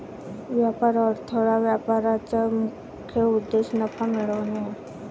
व्यापार अडथळा व्यवसायाचा मुख्य उद्देश नफा मिळवणे आहे